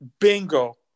Bingo